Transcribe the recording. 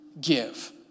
give